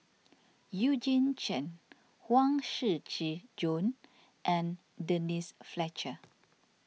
Eugene Chen Huang Shiqi Joan and Denise Fletcher